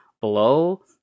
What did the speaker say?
blow